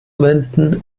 wenden